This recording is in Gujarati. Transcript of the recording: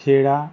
ખેડા